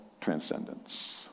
transcendence